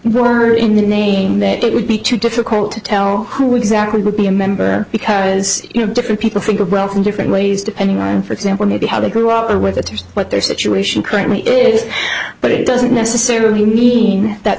were in the name that it would be too difficult to tell who exactly would be a member because different people think of wealth in different ways depending on for example maybe how they grew up there with the tears what their situation currently is but it doesn't necessarily need that